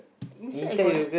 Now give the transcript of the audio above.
inside I got